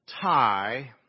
tie